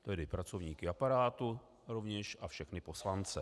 Tedy pracovníky aparátu rovněž a všechny poslance.